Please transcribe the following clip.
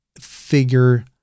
figure